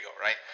right